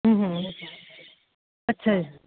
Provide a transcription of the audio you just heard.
ਅੱਛਾ